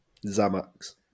Zamax